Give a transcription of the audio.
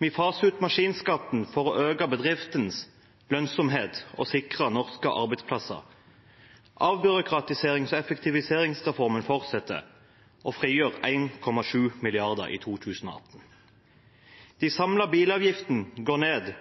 Vi faser ut maskinskatten for å øke bedriftenes lønnsomhet og sikre norske arbeidsplasser. Avbyråkratiserings- og effektiviseringsreformen fortsetter og frigjør 1,7 mrd. kr i 2018. De samlede bilavgiftene går ned,